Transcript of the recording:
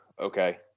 Okay